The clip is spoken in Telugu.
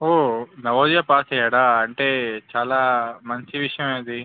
ఓ నవోదయ పాస్ అయ్యాడా అంటే చాలా మంచి విషయమే అది